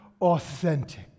authentic